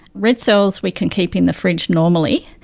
red cells we can keep in the fridge normally.